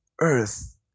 earth